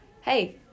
hey